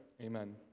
Amen